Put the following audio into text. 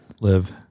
live